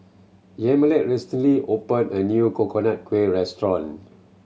Yamilet recently open a new Coconut Kuih restaurant